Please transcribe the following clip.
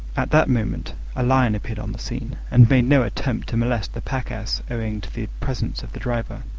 at that moment a lion appeared on the scene, and made no attempt to molest the pack-ass owing to the presence of the driver